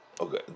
Okay